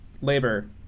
labor